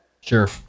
Sure